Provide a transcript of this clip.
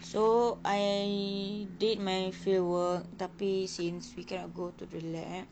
so I did my field work tapi since we cannot go to the lab